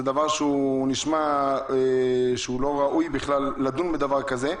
זה נשמע שלא ראוי בכלל לדון בדבר כזה.